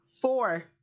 Four